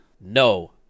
No